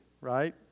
right